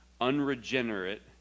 unregenerate